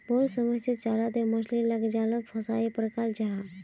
बहुत समय से चारा दें मछली लाक जालोत फसायें पक्राल जाहा